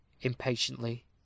impatiently